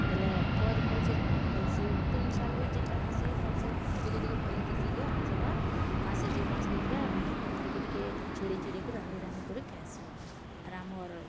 ବେଲେ ଗଛ୍ ଭଲ୍ସେ ଫଲ୍ସି ତୁନ୍ ଶାଗ୍ ବି ଯେନ୍ଟା ହେସି ଭଲ୍ସେ ଟିକେ ଟିକେ ଫଲିଥିସି ଯେ ଆମେ ସେଟା ମାସେ ଦୁଇ ମାସ୍ ଭିତରେ ଟିକେ ଟିକେ ଛିଡ଼ି ଛିଡ଼ିକରି ରାନ୍ଧି ରାନ୍ଧି କରି ଖାଏସୁଁ ଆର୍ ଆମର୍